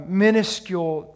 minuscule